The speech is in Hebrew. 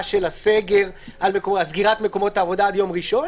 של הסגר על סגירת מקומות העבודה עד יום ראשון,